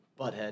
Butthead